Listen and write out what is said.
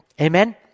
Amen